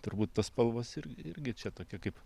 turbūt tos spalvos ir irgi čia tokia kaip